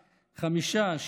חמישה,